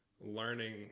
learning